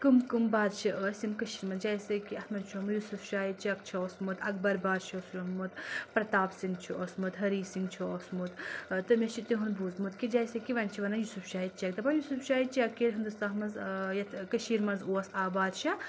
کم کٔم بادشاہ چھِ ٲسۍ یِم کٔشیٖر منٛز جیسے کہِ اَتھ منٛز چھُ یوصف شاہِ چک چھُ اوسمُت اَکبَر بادشاہ چھُ مُت پَرٛتَاب سِنٛگ چھُ اوسمُت ہَرِی سِنٛگ چھُ اوسمُت تہٕ مےٚ چھُ تِہُنٛد بوٗزمُت کہِ جیسے کہِ وۄنۍ چھِ وَنان یوصف شاہِ چک دَپان یوصف شاہِ چک یَیٚلہِ ہِندُستانَس منٛز یَتھ کٔشیٖر منٛز اوس آو بادشاہ